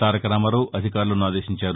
తారకరామారావు అధికారులను ఆదేశించారు